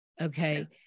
okay